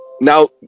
Now